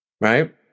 Right